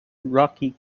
rocky